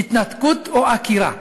"התנתקות" או "עקירה".